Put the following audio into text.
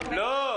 שהם לא